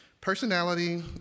personality